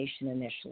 initially